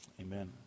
amen